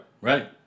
right